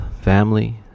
family